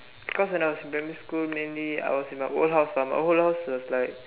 cause when I was in primary school mainly I was in my old house my old house was like